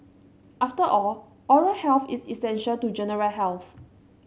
after all oral health is essential to general health